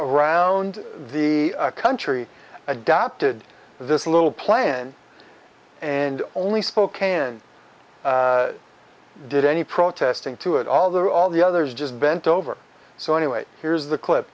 around the country adopted this little plan and only spoke did any protesting to it all there are all the others just bent over so anyway here's the clip